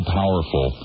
powerful